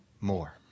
more